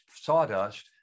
sawdust